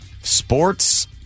sports